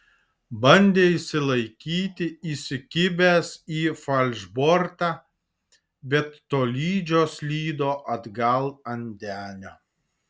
bandė išsilaikyti įsikibęs į falšbortą bet tolydžio slydo atgal ant denio